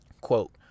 Quote